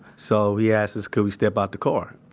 so he asked us, could we step out the car.